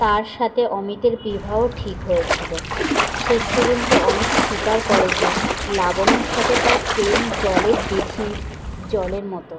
তার সাথে অমিতের বিবাহ ঠিক হয়েছিলো শেষ পর্যন্ত অমিত স্বীকার করে যে লাবণ্যর সাথে তার প্রেম জলের দিঘির জলের মতো